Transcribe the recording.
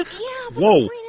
Whoa